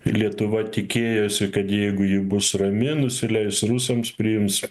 lietuva tikėjosi kad jeigu ji bus rami nusileis rusams priims